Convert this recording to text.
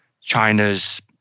China's